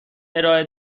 ارائه